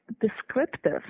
descriptive